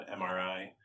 MRI